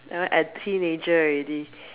at teenager already